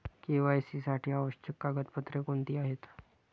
KYC साठी आवश्यक कागदपत्रे कोणती आहेत?